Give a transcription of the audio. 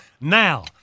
now